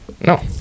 no